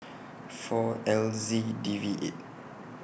four L Z D V eight